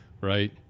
right